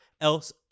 else